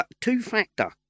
Two-factor